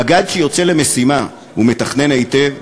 מג"ד שיוצא למשימה ומתכנן היטב,